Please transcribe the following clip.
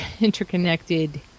interconnected